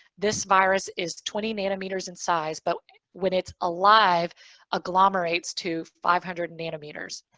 this virus is twenty nanometers in size, but when it's alive agglomerates to five hundred and nanometers.